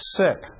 sick